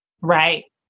Right